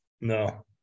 No